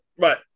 Right